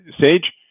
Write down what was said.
Sage